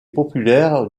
populaire